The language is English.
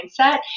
mindset